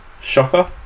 Shocker